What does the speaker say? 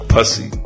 Pussy